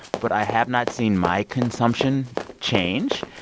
but i have not seen my consumption change,